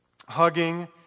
hugging